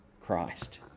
Christ